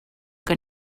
que